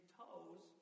toes